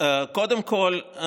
קודם כול,